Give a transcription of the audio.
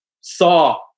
saw